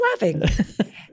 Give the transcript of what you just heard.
laughing